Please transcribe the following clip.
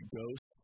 Ghost